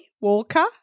Walker